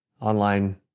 online